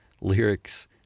lyrics